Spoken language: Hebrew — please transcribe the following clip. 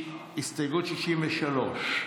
כהצעת הוועדה,